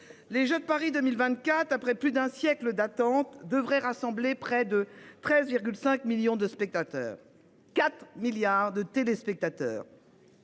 Les jeux de Paris 2024. Après plus d'un siècle d'attente devrait rassembler près de 13,5 millions de spectateurs, 4 milliards de téléspectateurs.